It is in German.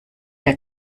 der